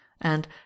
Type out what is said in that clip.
and